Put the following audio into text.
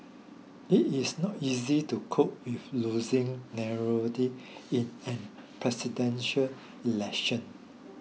it is not easy to cope with losing narrowly in a Presidential Election